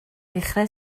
ddechrau